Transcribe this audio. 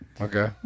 Okay